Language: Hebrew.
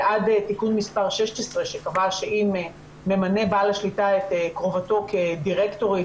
ועד תיקון מספר 16 שקבע שאם ממנה בעל השליטה את קרובתו כדירקטורית,